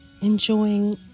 Enjoying